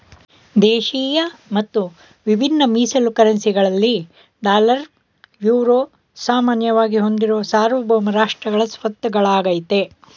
ದೇಶಿಯ ಮತ್ತು ವಿಭಿನ್ನ ಮೀಸಲು ಕರೆನ್ಸಿ ಗಳಲ್ಲಿ ಡಾಲರ್, ಯುರೋ ಸಾಮಾನ್ಯವಾಗಿ ಹೊಂದಿರುವ ಸಾರ್ವಭೌಮ ರಾಷ್ಟ್ರಗಳ ಸ್ವತ್ತಾಗಳಾಗೈತೆ